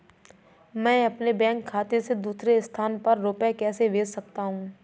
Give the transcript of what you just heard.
मैं अपने बैंक खाते से दूसरे स्थान पर रुपए कैसे भेज सकता हूँ?